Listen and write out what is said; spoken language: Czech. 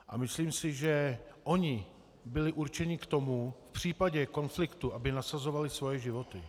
A myslím si, že oni byli určeni k tomu, aby v případě konfliktu nasazovali svoje životy.